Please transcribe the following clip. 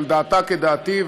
אבל דעתה כדעתי,